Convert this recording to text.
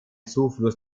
zufluss